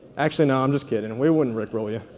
actually, no, i'm just kidding. we wouldn't rickroll you.